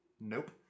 Nope